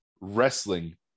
wrestling